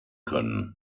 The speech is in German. können